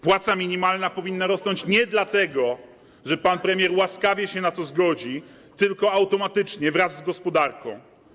Płaca minimalna powinna rosnąć nie dlatego, że pan premier łaskawie się na to zgodzi, tylko automatycznie, wraz z gospodarką.